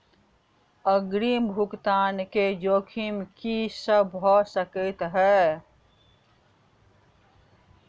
अग्रिम भुगतान केँ जोखिम की सब भऽ सकै हय?